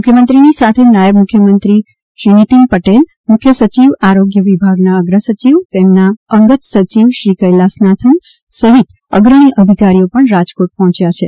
મુખ્યમંત્રીની સાથે નાયબ મુખ્યમંત્રી નિતીન પટેલ મુખ્ય સચિવ આરોગ્ય વિભાગના અગ્રસચિવ તેમના અંગત સચિવ શ્રી કૈલાસનાથન સહિત અગ્રણી અધિકારીઓ પણ રાજકોટ પહોંચ્યા છે